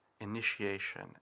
initiation